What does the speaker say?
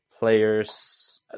players